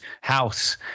house